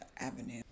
Avenue